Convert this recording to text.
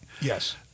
Yes